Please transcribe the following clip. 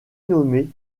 nommé